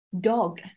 Dog